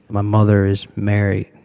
my mother is married.